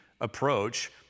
approach